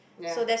ya